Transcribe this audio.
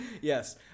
Yes